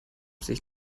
sich